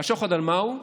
והשוחד על מה הוא?